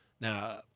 Now